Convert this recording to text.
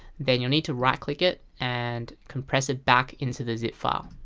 then you need to right-click it and compress it back into the zip file.